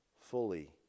fully